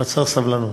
אבל צריך סבלנות.